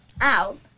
out